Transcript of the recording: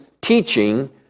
teaching